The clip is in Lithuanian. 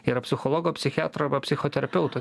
yra psichologo psichiatro psichoterapeuto